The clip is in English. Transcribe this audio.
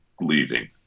leaving